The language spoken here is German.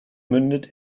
mündet